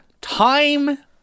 time